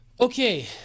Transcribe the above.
Okay